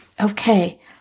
Okay